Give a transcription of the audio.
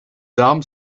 armes